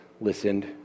listened